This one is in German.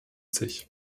sich